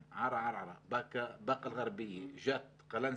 ערערה, באקה אל גרביה, ג'ת, קלנסווה,